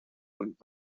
und